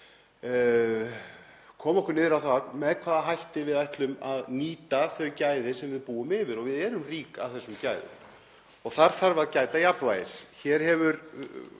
koma okkur niður á það með hvaða hætti við ætlum að nýta þau gæði sem við búum yfir. Við erum rík af þessum gæðum og þar þarf að gæta jafnvægis.